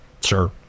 sir